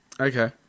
Okay